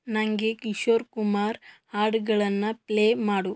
ನನಗೆ ಕಿಶೋರ್ ಕುಮಾರ್ ಹಾಡುಗಳನ್ನ ಪ್ಲೇ ಮಾಡು